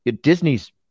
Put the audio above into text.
Disney's